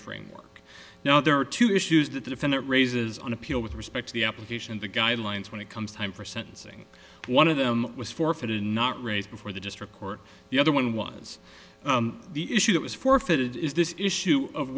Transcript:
framework now there are two issues that the defendant raises on appeal with respect to the application of the guidelines when it comes time for sentencing one of them was forfeited not raised before the district court the other one was the issue that was forfeited is this issue of